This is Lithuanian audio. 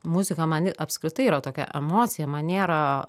muzika man i apskritai yra tokia emocija man nėra